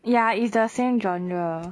ya is the same genre